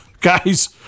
guys